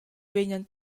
vegnan